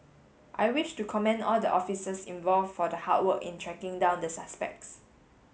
I wish to commend all the officers involve for the hard work in tracking down the suspects